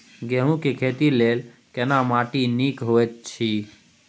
गेहूँ के खेती लेल केना माटी नीक होयत अछि?